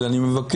אז אני מבקש,